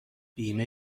بیمه